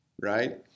right